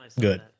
good